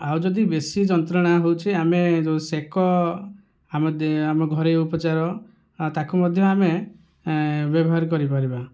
ଆଉ ଯଦି ବେଶି ଯନ୍ତ୍ରଣା ହେଉଛି ଆମେ ଯେଉଁ ସେକ ଆମେ ଆମେ ଘରୋଇ ଉପଚାର ଆଉ ତାକୁ ମଧ୍ୟ ଆମେ ବ୍ୟବହାର କରିପାରିବା